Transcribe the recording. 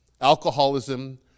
alcoholism